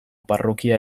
parrokia